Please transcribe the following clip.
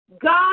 God